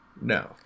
no